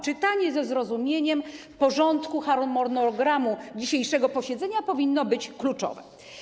Czytanie ze zrozumieniem porządku, harmonogramu dzisiejszego posiedzenia powinno być kluczowe.